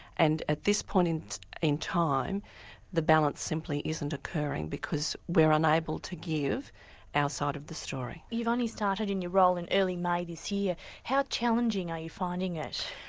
and at this point in time the balance simply isn't occurring because we're unable to give our side of the story. you've only started in your role in early may this year how challenging are you finding it?